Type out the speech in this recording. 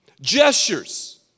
gestures